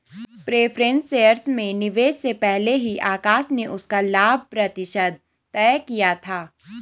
preference shares में निवेश से पहले ही आकाश ने उसका लाभ प्रतिशत तय किया था